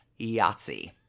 Yahtzee